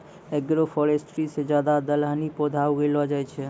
agroforestry से ज्यादा दलहनी पौधे उगैलो जाय छै